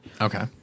Okay